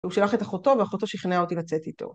והוא שלח את אחותו ואחותו שכנעה אותי לצאת איתו.